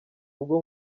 bwo